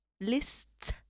Lists